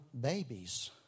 babies